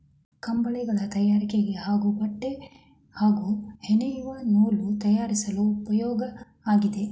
ಕಂಬಳಿಗಳ ತಯಾರಿಕೆಗೆ ಹಾಗೂ ಬಟ್ಟೆ ಹಾಗೂ ಹೆಣೆಯುವ ನೂಲು ತಯಾರಿಸಲು ಉಪ್ಯೋಗ ಆಗಿದೆ